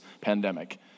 pandemic